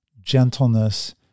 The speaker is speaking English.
gentleness